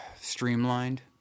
streamlined